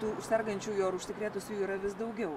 tų sergančiųjų ar užsikrėtusiųjų yra vis daugiau